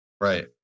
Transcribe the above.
Right